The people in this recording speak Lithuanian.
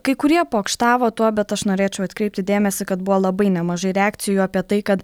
kai kurie pokštavo tuo bet aš norėčiau atkreipti dėmesį kad buvo labai nemažai reakcijų apie tai kad